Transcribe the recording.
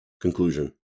conclusion